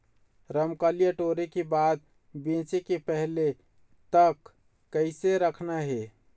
रमकलिया टोरे के बाद बेंचे के पहले तक कइसे रखना हे?